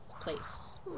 place